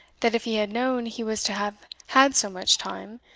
that if he had known he was to have had so much time,